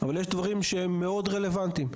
אבל יש דברים שהם מאוד רלוונטיים.